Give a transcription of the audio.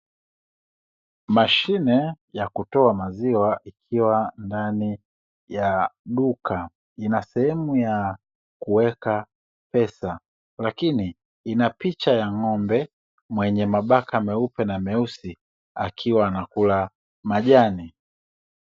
Mashine ya kutoa maziwa ikiwa ndani ya duka ina sehemu ya kuweka pesa, lakini ina picha ya ng'ombe mwenye mabaka meupe na meusi, akiwa anakula majani.